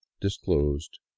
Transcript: disclosed